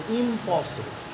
impossible